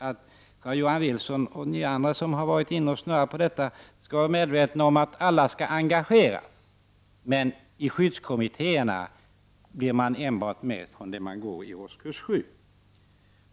Till Carl-Johan Wilson och andra som talat om detta vill jag säga att alla skall engageras. Men i skyddskommittéerna skall enbart ingå elever fr.o.m. årskurs 7.